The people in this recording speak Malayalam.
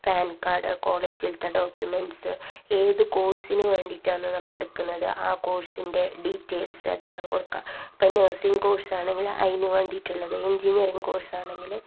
പാൻ കാർഡ് കോളേജിലെത്തെ ഡോക്യൂമെൻ്റ്സ് ഏത് കോഴ്സിന് വേണ്ടീട്ടാണ് നമ്മൾ എടുക്കുന്നത് ആ കോഴ്സിൻ്റെ ഡീറ്റെയിൽസ് അതെല്ലാം കൊടുക്കണം ഇപ്പോൾ നഴ്സിംഗ് കോഴ്സാണെങ്കിൽ അതിന് വേണ്ടിയിട്ടുള്ളത് എൻജിനീയറിങ് കോഴ്സാണെങ്കിൽ